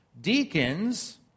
Deacons